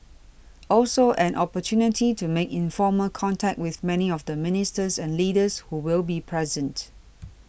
also an opportunity to make informal contact with many of the ministers and leaders who will be present